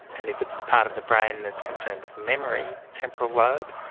and if it's the part of the brain that's concerned with memory, temporal lobe,